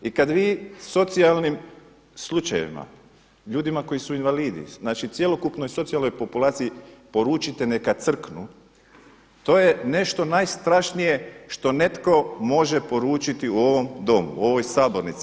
I kada vi socijalnim slučajevima, ljudima koji su invalidi, znači cjelokupnoj socijalnoj populaciji poručite neka crknu to je nešto najstrašnije što netko može poručiti u ovom domu, u ovoj sabornici.